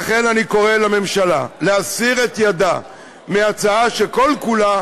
לכן אני קורא לממשלה להסיר את ידה מהצעה שכל-כולה